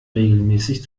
regelmäßig